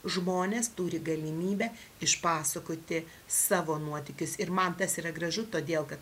žmonės turi galimybę išpasakoti savo nuotykius ir man tas yra gražu todėl kad